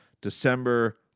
December